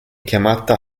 chiamata